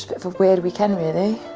but of a weird weekend really.